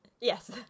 Yes